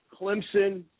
Clemson